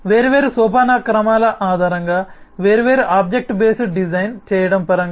వేర్వేరు సోపానక్రమాల ఆధారంగా వేర్వేరు ఆబ్జెక్ట్ బేస్డ్ డిజైన్ చేయడం పరంగా